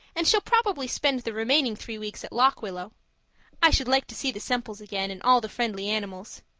and shall probably spend the remaining three weeks at lock willow i should like to see the semples again and all the friendly animals.